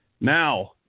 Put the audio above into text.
Now